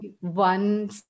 one